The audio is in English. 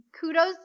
kudos